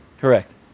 Correct